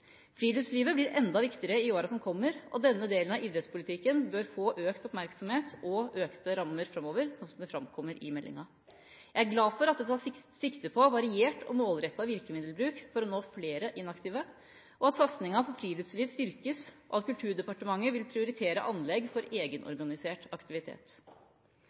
Friluftslivet blir enda viktigere i åra som kommer, og denne delen av idrettspolitikken bør få økt oppmerksomhet og økte rammer framover, slik som det framkommer i meldinga. Jeg er glad for at det tas sikte på variert og målrettet virkemiddelbruk for å nå flere inaktive, og at satsinga på friluftsliv styrkes, og at Kulturdepartementet vil prioritere anlegg for egenorganisert aktivitet.